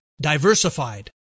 diversified